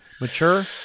mature